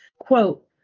Quote